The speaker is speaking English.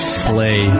slay